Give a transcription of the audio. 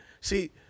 See